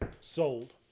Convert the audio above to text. Sold